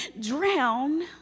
drown